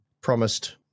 promised